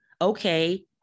Okay